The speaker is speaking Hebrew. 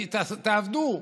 תעבדו,